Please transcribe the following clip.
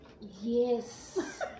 Yes